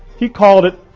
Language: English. he called it,